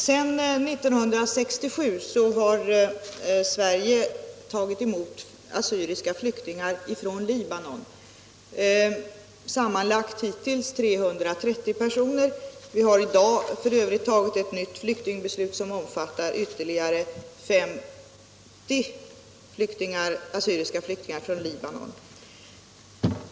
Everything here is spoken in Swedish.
Herr talman! Sedan år 1967 har Sverige tagit emot assyriska flyktingar från Libanon, hittills sammanlagt 330 personer. Vi har f.ö. i dag tagit ett nytt flyktingbeslut, som omfattar ytterligare 50 assyriska flyktingar från Libanon.